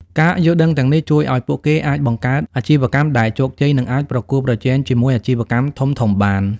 ការយល់ដឹងទាំងនេះជួយឱ្យពួកគេអាចបង្កើតអាជីវកម្មដែលជោគជ័យ និងអាចប្រកួតប្រជែងជាមួយអាជីវកម្មធំៗបាន។